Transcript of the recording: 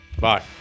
Bye